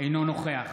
אינו נוכח